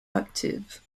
active